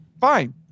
fine